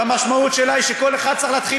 והמשמעות שלה היא שכל אחד צריך להתחיל